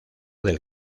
del